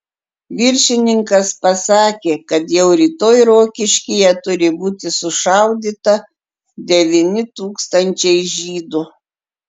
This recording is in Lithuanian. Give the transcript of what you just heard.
viršininkas pasakė kad jau rytoj rokiškyje turi būti sušaudyta devyni tūkstančiai žydų